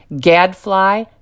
gadfly